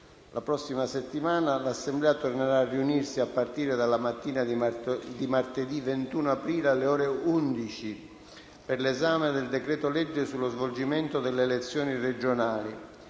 La prossima settimana l'Assemblea tornerà a riunirsi a partire dalla mattina di martedì 21 aprile, alle ore 11, per l'esame del decreto-legge sullo svolgimento delle elezioni regionali.